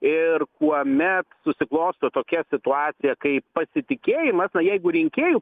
ir kuomet susiklosto tokia situacija kai pasitikėjimas na jeigu rinkėjų